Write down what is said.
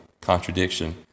contradiction